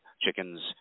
chickens